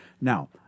Now